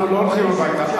אנחנו לא הולכים הביתה.